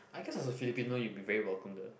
I guess is a Filipino you'll be very welcome there